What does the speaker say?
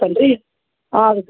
ಹಾಂ ಹಾಂ ಸರಿ ಸರಿ